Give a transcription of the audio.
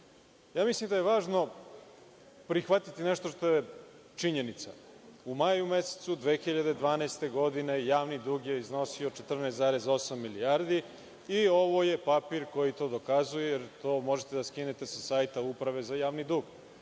zakonima. Mislim da je važno prihvatiti nešto što je činjenica. U maju mesecu 2012. godine, javni dug je iznosio 14,8 milijardi i ovo je papir koji to dokazuje, jer to možete da skinete sa sajta Uprave za javni dug.